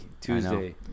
Tuesday